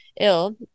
ill